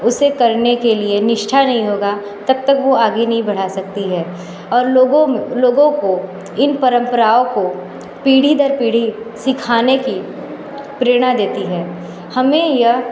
उसे करने के लिए निष्ठा नहीं होगी तब तक वो आगे नहीं बढ़ा सकती है और लोगों में लोगों को इन परंपराओं को पीढ़ी दर पीढ़ी सिखाने की प्रेणा देती है हमें यह